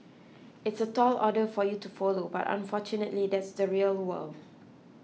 it's a tall order for you to follow but unfortunately that's the real world